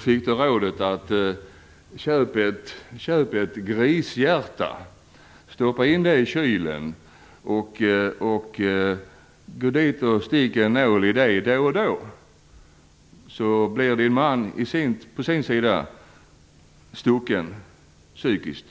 Hon fick då rådet att köpa ett grishjärta, stoppa in det i kylen och gå dit och sticka en nål i det då och då. Då skulle hennes man i sin tur bli stucken psykiskt.